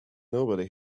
nobody